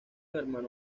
hermano